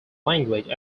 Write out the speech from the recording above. language